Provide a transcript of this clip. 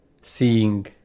seeing